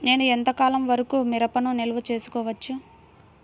నేను ఎంత కాలం వరకు మిరపను నిల్వ చేసుకోవచ్చు?